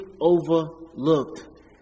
overlooked